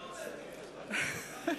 סודות צבאיים.